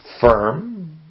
firm